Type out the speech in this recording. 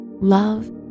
love